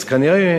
אז כנראה,